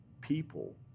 people